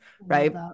right